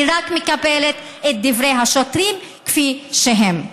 היא רק מקבלת את דברי השוטרים כפי שהם.